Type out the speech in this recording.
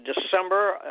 December